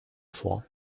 vor